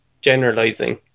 generalizing